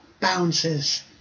bounces